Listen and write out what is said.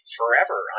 forever